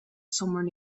somewhere